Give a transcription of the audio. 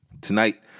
Tonight